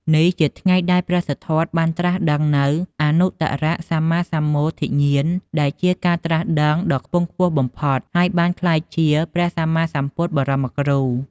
នេះជាថ្ងៃដែល ព្រះសិទ្ធត្ថបានត្រាស់ដឹងនូវអនុត្តរសម្មាសម្ពោធិញ្ញាណ ដែលជា ការត្រាស់ដឹងដ៏ខ្ពង់ខ្ពស់បំផុត ហើយបានក្លាយជា ព្រះសម្មាសម្ពុទ្ធបរមគ្រូ។